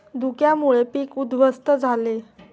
धुक्यामुळे पीक उध्वस्त झाले